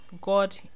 god